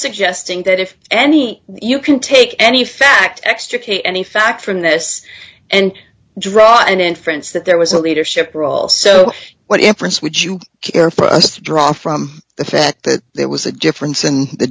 suggesting that if any you can take any fact extricate any fact from this and draw an inference that there was a leadership role so what inference would you care for us to draw from the fact that there was a difference in the